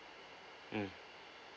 mm